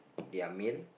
their meal